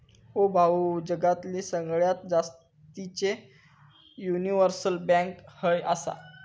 ओ भाऊ, जगातली सगळ्यात जास्तीचे युनिव्हर्सल बँक खय आसा